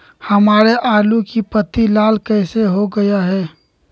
हमारे आलू की पत्ती लाल कैसे हो गया है?